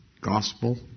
Gospel